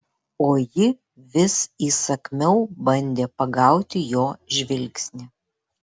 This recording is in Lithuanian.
o ji vis įsakmiau bandė pagauti jo žvilgsnį